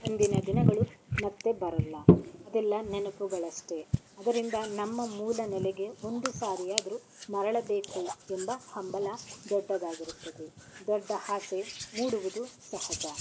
ಅಂದಿನ ದಿನಗಳು ಮತ್ತೆ ಬರಲ್ಲ ಅದೆಲ್ಲ ನೆನಪುಗಳು ಅಷ್ಟೇ ಅದರಿಂದ ನಮ್ಮ ಮೂಲ ನೆಲೆಗೆ ಒಂದು ಸಾರಿಯಾದ್ರೂ ಮರಳಬೇಕು ಎಂಬ ಹಂಬಲ ದೊಡ್ಡದಾಗಿರುತ್ತದೆ ದೊಡ್ಡ ಆಸೆ ಮೂಡುವುದು ಸಹಜ